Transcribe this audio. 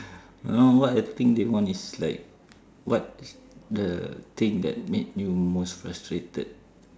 no what I think they want is like what the thing that made you most frustrated